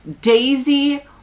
Daisy